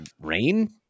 rain